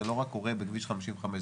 זה לא רק קורה בכביש 55,